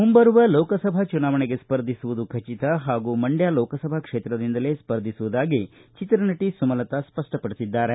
ಮುಂಬರುವ ಲೋಕಸಭಾ ಚುನಾವಣೆಗೆ ಸರ್ಧಿಸುವುದು ಖಟತ ಹಾಗೂ ಮಂಡ್ಕ ಲೋಕಸಭಾ ಕ್ಷೇತ್ರದಿಂದಲೇ ಸ್ಪರ್ಧಿಸುವುದಾಗಿ ಚಿತ್ರನಟಿ ಸುಮಲತಾ ಸ್ಪಪ್ಪಪಡಿಸಿದ್ದಾರೆ